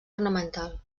ornamental